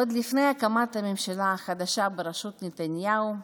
עוד לפני הקמת הממשלה החדשה בראשות נתניהו,